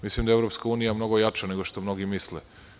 Mislim da je EU mnogo jača, nego što mnogi misle.